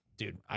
Dude